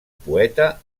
poeta